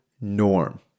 norm